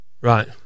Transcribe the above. Right